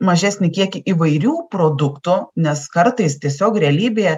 mažesnį kiekį įvairių produktų nes kartais tiesiog realybėje